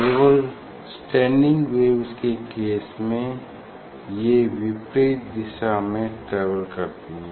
केवल standing waves के case में ये विपरीत दिशा में ट्रेवल करती हैं